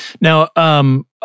Now